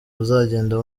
muzagenda